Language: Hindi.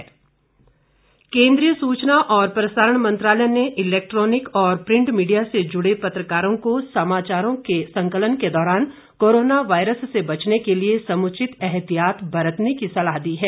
सूचना प्रसारण मंत्रालय केंद्रीय सूचना और प्रसारण मंत्रालय ने इलेक्टॉनिक और प्रिंट मीडिया से जुडे पत्रकारों को समाचारों के संकलन के दौरान कोरोना वायरस से बचने के लिए समुचित एहतियात बरतने की सलाह दी है